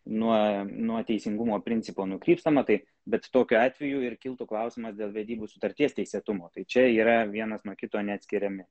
nuo nuo teisingumo principo nukrypstama tai bet tokiu atveju ir kiltų klausimas dėl vedybų sutarties teisėtumo tai čia yra vienas nuo kito neatskiriami